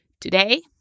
today